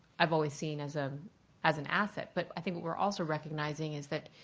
i have always seen as ah as an asset. but i think what we're also recognizing is that